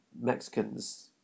Mexicans